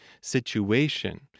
situation